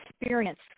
experience